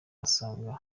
asanga